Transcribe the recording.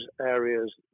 areas